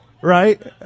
right